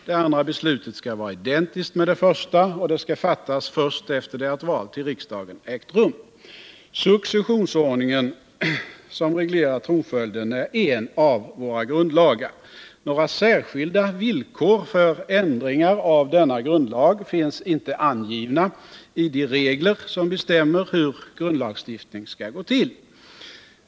Det andra beslutet skall vara identiskt med det första, och det skall fattas först efter det att val till riksdagen ägt rum. Successionsordningen, som reglerar tronföljden, är en av våra grundlagar. Några särskilda villkor för ändringar av denna grundlag finns inte angivna i de regler som anger hur grundlagsstiftning skall gå till.